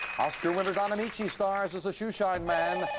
oscar winner don ameche stars as a shoeshine man.